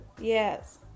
Yes